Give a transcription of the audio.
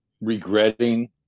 regretting